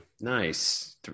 nice